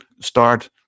start